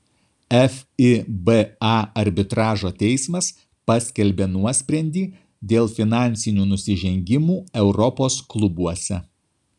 fiba arbitražo teismas paskelbė nuosprendį dėl finansinių nusižengimų europos klubuose